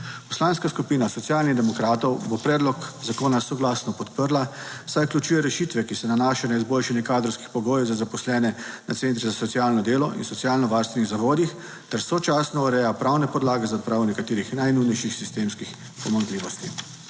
Poslanska skupina Socialnih demokratov bo predlog zakona soglasno podprla, saj vključuje rešitve, ki se nanašajo na izboljšanje kadrovskih pogojev za zaposlene na centrih za socialno delo in socialno varstvenih zavodih ter sočasno ureja pravne podlage za odpravo nekaterih najnujnejših sistemskih pomanjkljivosti.